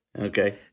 okay